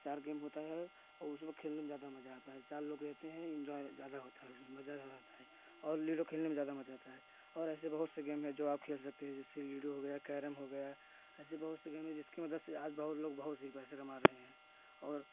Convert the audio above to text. चार गेम होता है और उसमें खेलने में ज़्यादा मज़ा आता है चार लोग रहते हैं इंजॉय ज़्यादा होता है मज़ा आता है और लीडो खेलने में ज़्यादा मज़ा आता है और ऐसे बहुत से गेम हैं जो आप खेल सकते हैं जैसे लीडो हो गया कैरम हो गया ऐसे बहुत से गेम हैं जिसकी मदद से आज बहुत लोग बहुत से पैसे कमा रहे हैं और